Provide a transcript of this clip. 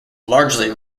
largely